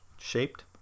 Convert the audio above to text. shaped